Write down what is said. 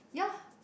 yeah